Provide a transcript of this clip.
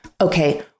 okay